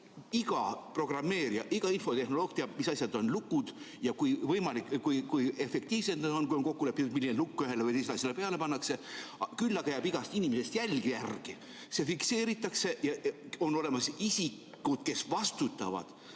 iga programmeerija, iga infotehnoloog teab, mis asjad on lukud ja kui efektiivsed need on, kui on kokku lepitud, milline lukk ühele või teisele asjale peale pannakse. Küll aga jääb igast inimesest jälg järgi, see fikseeritakse, on olemas isikud, kes vastutavad